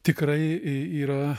tikrai yra